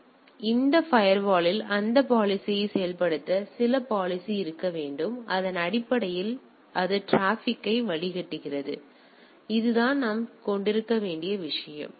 எனவே இந்த ஃபயர்வாலில் அந்த பாலிசியை செயல்படுத்த சில பாலிசி இருக்க வேண்டும் அதன் அடிப்படையில் அது டிராபிக்கை வடிகட்டுகிறது எனவே அதுதான் நாம் கொண்டிருக்க வேண்டிய விஷயம்